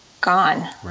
gone